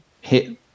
hit